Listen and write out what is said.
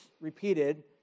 repeated